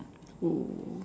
oh